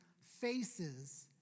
faces